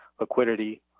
liquidity